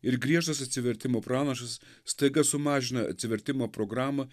ir griežtas atsivertimo pranašas staiga sumažina atsivertimo programą